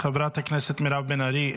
חברת הכנסת מירב בן ארי,